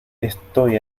estoy